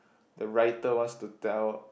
the writer wants to tell